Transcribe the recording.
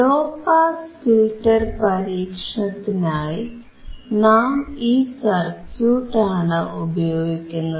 law pass filter പരീക്ഷണത്തിനായി നാം ഈ സർക്യൂട്ട് ആണ് ഉപയോഗിക്കുന്നത്